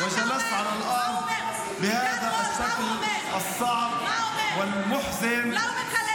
וישבתי על הרצפה, בצורה הקשה הזאת, והעצובה.